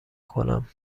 کنم